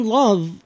love